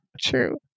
True